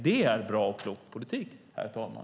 Det är bra och klok politik, herr talman.